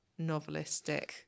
novelistic